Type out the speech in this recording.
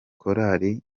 korari